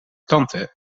tante